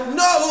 no